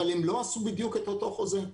אבל הם לא עשו בדיוק את אותו חוזה.